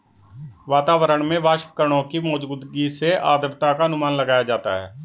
वातावरण में वाष्पकणों की मौजूदगी से आद्रता का अनुमान लगाया जाता है